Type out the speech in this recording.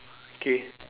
K